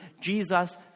Jesus